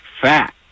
fat